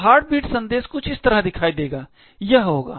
तो हार्टबीट संदेश कुछ इस तरह दिखाई देगा यह होगा